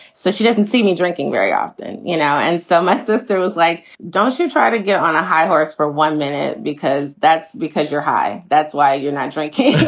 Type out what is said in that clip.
so she doesn't see me drinking very often. you know, and so my sister was like, don't you try to get on a high horse for one minute because that's because you're high. that's why you're not drinking